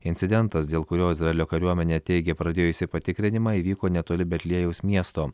incidentas dėl kurio izraelio kariuomenė teigia pradėjusi patikrinimą įvyko netoli betliejaus miesto